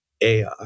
AI